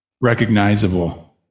recognizable